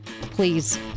please